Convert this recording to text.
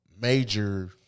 major